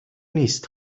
نیست